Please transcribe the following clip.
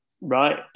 Right